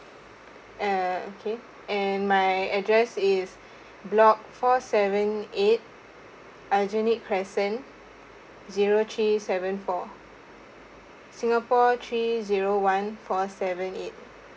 uh okay and my address is block four seven eight aljunied crescent zero three seven four singapore three zero one four seven eight